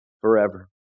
forever